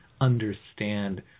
understand